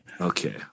Okay